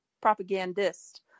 propagandist